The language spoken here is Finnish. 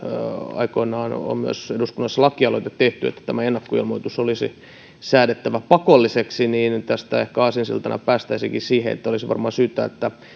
aikoinaan on myös eduskunnassa laki aloite tehty että ennakkoilmoitus olisi säädettävä pakolliseksi eli tästä ehkä aasinsiltana päästäisiinkin siihen että